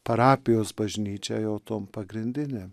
parapijos bažnyčią o to pagrindinė